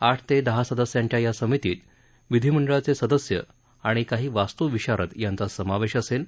आठ ते दहा सदस्यांच्या या समितीत विधिमंडळाचे सदस्य आणि काही वास्तू विशारद यांचा समावेश असेल